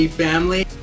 family